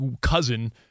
cousin